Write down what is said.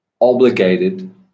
obligated